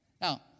Now